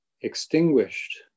extinguished